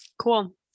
Cool